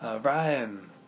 Ryan